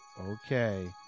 okay